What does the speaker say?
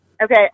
Okay